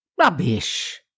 Rubbish